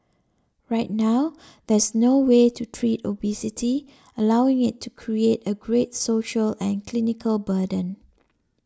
right now there's no way to treat obesity allowing it to create a great social and clinical burden